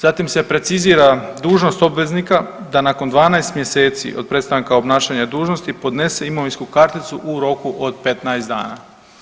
Zatim se precizira dužnost obveznika da nakon 12 mjeseci od prestanka obnašanja dužnosti podnese imovinsku karticu u roku od 15 dana.